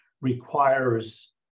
requires